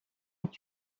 est